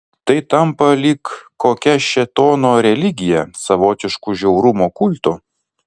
tai tampa lyg kokia šėtono religija savotišku žiaurumo kultu